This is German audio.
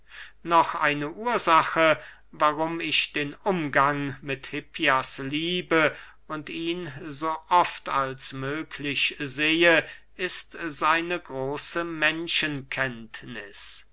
noch eine ursache warum ich den umgang mit hippias liebe und ihn so oft als möglich sehe ist seine große menschenkenntniß